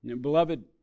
Beloved